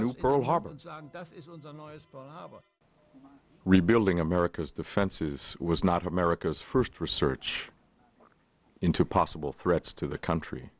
new pearl harbor rebuilding america's defenses was not america's first research into possible threats to the country